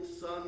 son